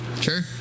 Sure